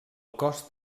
cost